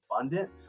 abundant